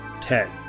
ten